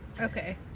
Okay